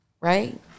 right